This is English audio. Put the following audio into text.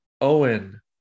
Owen